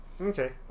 Okay